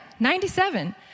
97